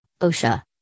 OSHA